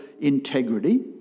integrity